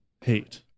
hate